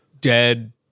dead